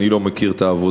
אני לא מכיר את העבודה.